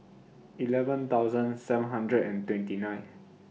eleven thousand seven hundred and twenty nine